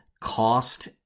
cost